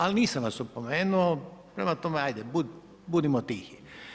Ali, nisam vas opomenuo, prema tome, ajde, budimo tihi.